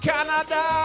Canada